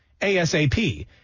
ASAP